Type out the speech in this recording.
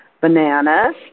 bananas